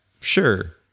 Sure